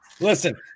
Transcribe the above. listen